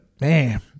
man